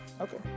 okay